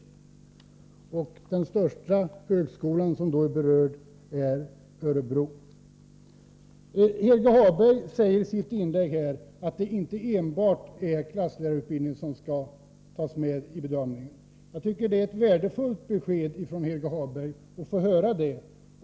Den största högskola som berörs är den i Örebro. Helge Hagberg sade i sitt inlägg att det inte enbart är klasslärarutbildningen som skall tas med i bedömningen. Det är ett värdefullt besked från Helge Hagberg.